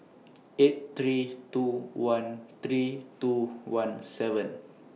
eight three two one three two one seven